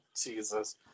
Jesus